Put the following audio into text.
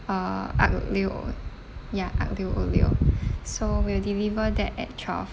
uh aglio ol~ ya aglio olio so we'll deliver that at twelve